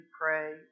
pray